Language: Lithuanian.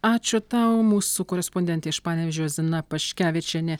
ačiū tau mūsų korespondentė iš panevėžio zina paškevičienė